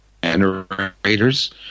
generators